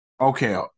Okay